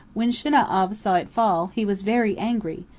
when shinau'av saw it fall, he was very angry,